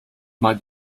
might